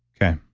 okay.